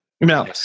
Now